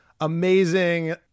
amazing